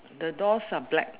the doors are black